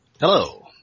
Hello